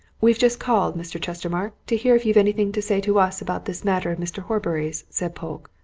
we've just called, mr. chestermarke, to hear if you've anything to say to us about this matter of mr. horbury's, said polke.